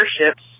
airships